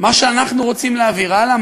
מה שאנחנו רוצים להעביר הלאה,